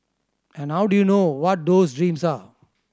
and how do you know what those dreams are